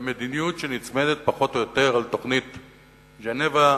ומדיניות שנצמדת פחות או יותר לתוכנית ז'נבה,